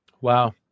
Wow